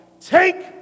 take